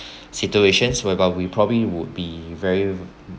situations whereby we probably would be very